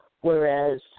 whereas